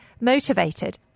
motivated